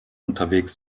unterwegs